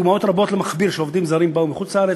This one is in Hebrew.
אני אראה לך דוגמאות למכביר שעובדים זרים באו מחוץ-לארץ,